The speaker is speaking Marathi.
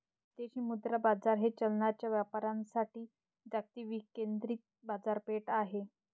विदेशी मुद्रा बाजार हे चलनांच्या व्यापारासाठी जागतिक विकेंद्रित बाजारपेठ आहे